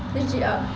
legit ah